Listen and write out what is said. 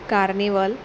carnival